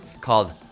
called